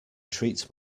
treat